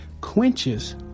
quenches